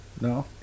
No